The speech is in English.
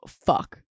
fuck